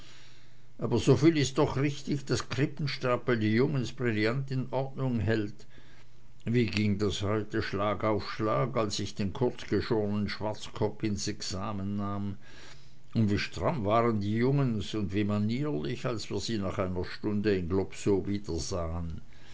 aber so viel ist doch richtig daß krippenstapel die jungens brillant in ordnung hält wie ging das heute schlag auf schlag als ich den kurzgeschornen schwarzkopp ins examen nahm und wie stramm waren die jungens und wie manierlich als wir sie nach ner stunde in globsow wiedersahen